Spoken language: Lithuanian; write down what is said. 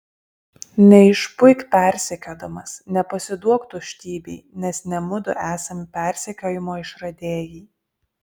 neišpuik persekiodamas nepasiduok tuštybei nes ne mudu esam persekiojimo išradėjai